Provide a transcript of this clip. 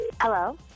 Hello